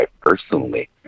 personally